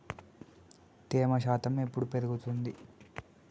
తేమ శాతం ఎప్పుడు పెరుగుద్ది?